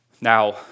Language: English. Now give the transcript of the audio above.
Now